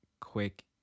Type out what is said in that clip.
quick